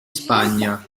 spagna